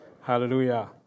Hallelujah